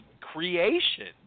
creation